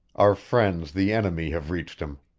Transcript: our friends the enemy have reached him.